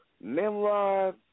Nimrod